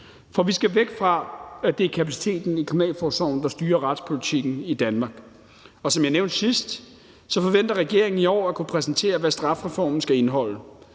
For vi skal væk fra, at det er kapaciteten i kriminalforsorgen, der styrer retspolitikken i Danmark. Som jeg nævnte sidst, forventer regeringen i år at kunne præsentere, hvad strafreformen skal indeholde.